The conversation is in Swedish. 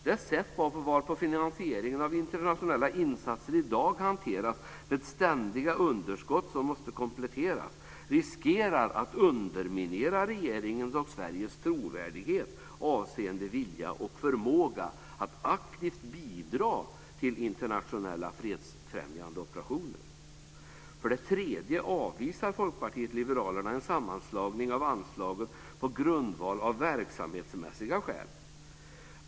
Det sätt varpå finansieringen av internationella insatser i dag hanteras - med ständiga underskott som måste kompletteras - riskerar att underminera regeringens och Sveriges trovärdighet avseende vilja och förmåga att aktivt bidra till internationella fredsfrämjande operationer. För det tredje avvisar Folkpartiet liberalerna en sammanslagning av anslagen av verksamhetsmässiga skäl.